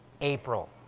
April